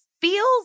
feels